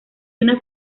una